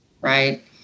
right